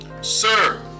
Sir